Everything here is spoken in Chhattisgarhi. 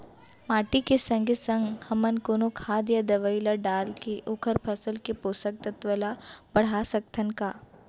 माटी के संगे संग हमन कोनो खाद या दवई ल डालके ओखर फसल के पोषकतत्त्व ल बढ़ा सकथन का?